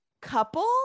couple